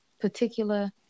particular